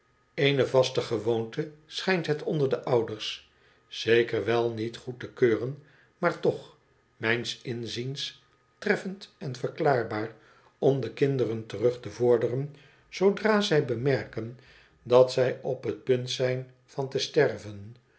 eene vaste gewoonte schijnt het onder de ouders zeker wel niet goed te keuren maar toch mijns inziens treffend en verklaarbaar om de kinderen terug te vorderen zoodra zij bemerken dat zij op het punt zijn van te sterven